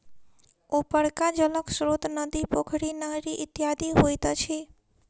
उपरका जलक स्रोत नदी, पोखरि, नहरि इत्यादि होइत अछि